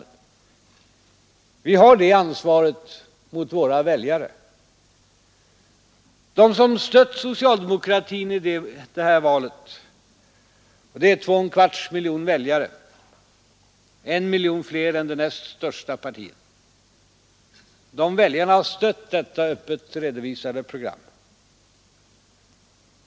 Vi har det ansvaret gentemot våra väljare. De som stött socialdemokratin i detta val — det är två och en kvarts miljon väljare, en miljon fler än det näst största partiet — har stött detta öppet redovisade program.